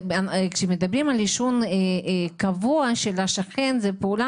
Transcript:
כשמדברים על עישון קבוע של השכן זו פעולה